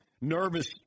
nervous